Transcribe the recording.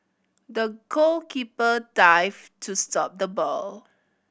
the goalkeeper dived to stop the ball